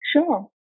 Sure